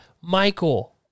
Michael